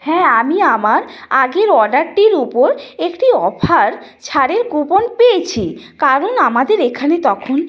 হ্যাঁ আমি আমার আগের অর্ডারটির উপর একটি অফার ছাড়ের কুপন পেয়েছি কারণ আমাদের এখানে তখন